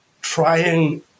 trying